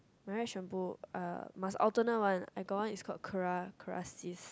my right shampoo uh must alternate one I got one is called Kera Kerasys